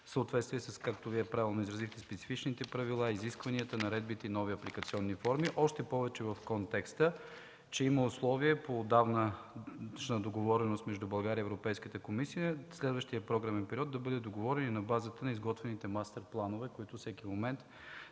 съответствие, както се изразихте – от специфичните правила, изискванията, наредбите и нови апликационни форми? Още повече в контекста, че има условия по отдавнашна договореност между България и Европейската комисия – следващият програмен период да бъде договорен на базата на изготвените мастер планове, които всеки момент